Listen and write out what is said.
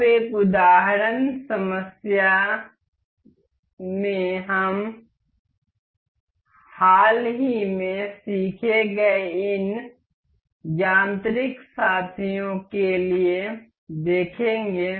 अब एक उदाहरण समस्या में हम हाल ही में सीखे गए इन यांत्रिक साथियों के लिए देखेंगे